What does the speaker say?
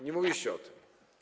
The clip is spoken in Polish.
Nie mówiliście o tym.